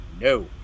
no